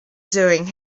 doing